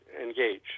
engage